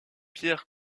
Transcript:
pierre